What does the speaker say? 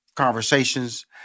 conversations